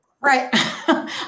Right